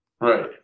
Right